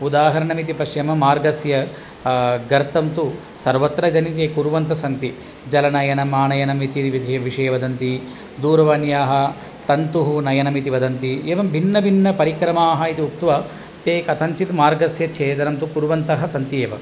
उदाहरणमिति पश्यामः मार्गस्य गर्तं तु सर्वत्र इदानीं ये कुर्वन्तः सन्ति जलनयनम् आनयनम् इति विद्ये विषये वदन्ति दूरवाण्याः तन्तुः नयनम् इति वदन्ति एवं भिन्नभिन्नपरिक्रमाः इति उक्त्वा ते कथञ्चित् मार्गस्य छेदनं तु कुर्वन्तः सन्ति एव